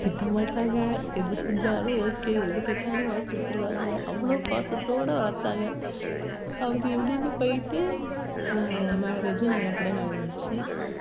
திட்ட மாட்டாங்கள் எது செஞ்சாலும் ஓகே எது கேட்டாலும் வாங்கி கொடுத்துருவாங்க அவ்வளோ பாசத்தோடு வளர்த்தாங்க அப்படி இப்படின்னு போய்ட்டு நான் மேரேஜும் நல்லபடியாக நடந்துச்சு